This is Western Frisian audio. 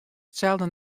itselde